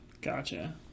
Gotcha